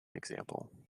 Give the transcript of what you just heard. example